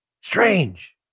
Strange